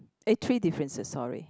eh three differences sorry